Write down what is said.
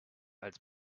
als